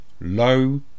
low